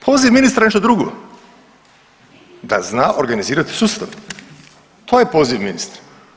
Poziv ministra je nešto drugo, da zna organizirati sustav, to je poziv ministra.